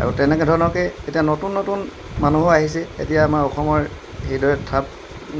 আৰু তেনেকৈ ধৰণৰকৈ এতিয়া নতুন নতুন মানুহো আহিছে এতিয়া আমাৰ অসমৰ হৃদয় থাপ